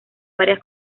varias